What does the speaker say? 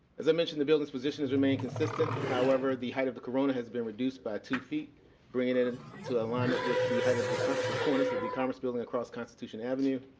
as i mentioned, the building's position has remained consistent. however, the height of the corona has been reduced by two feet bringing it and to alignment with the height of the kind of the cornice of the commerce building across constitution avenue.